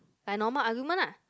like normal argument lah